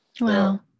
Wow